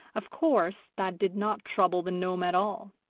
of course that did not trouble the gnome at all,